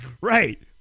right